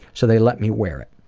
so they let me wear it.